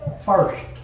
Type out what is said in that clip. first